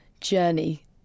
journey